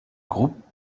groupe